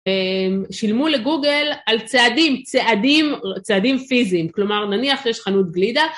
שילמו לגוגל על צעדים, צעדים, צעדים פיזיים, כלומר נניח יש חנות גלידה